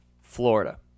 Florida